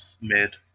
Mid